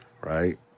right